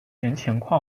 情况